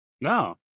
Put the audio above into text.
No